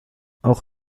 auch